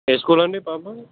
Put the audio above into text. ఏ school అండి పాప